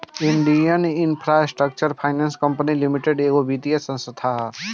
Indian infrastructure finance company limited एगो वित्तीय संस्था ह